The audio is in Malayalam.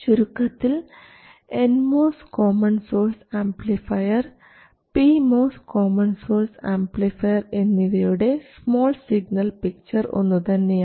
ചുരുക്കത്തിൽ N MOS common source amplifier P MOS common source amplifier എന്നിവയുടെ സ്മാൾ സിഗ്നൽ പിക്ചർ ഒന്നു തന്നെയാണ്